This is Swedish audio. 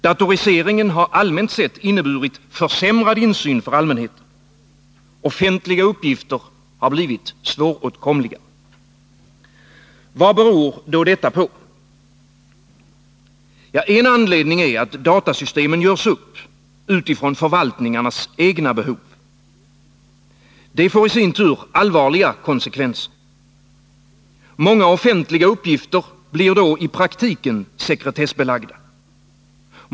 Datoriseringen har allmänt sett inneburit försämrad insyn för allmänheten. Offentliga uppgifter har blivit svåråtkomliga. Vad beror då detta på? En anledning är att datasystemen görs upp utifrån förvaltningarnas egna behov. Det får i sin tur allvarliga konsekvenser. Många offentliga uppgifter blir då i praktiken sekretessbelagda.